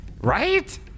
right